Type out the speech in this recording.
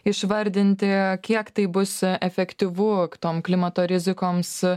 išvardinti kiek tai bus efektyvu tom klimato rizikoms